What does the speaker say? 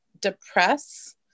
depress